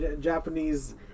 japanese